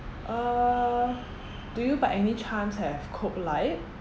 uh do you by any chance have coke light